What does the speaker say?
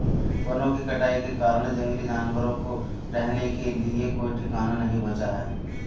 वनों की कटाई के कारण जंगली जानवरों को रहने के लिए कोई ठिकाना नहीं बचा है